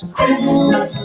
Christmas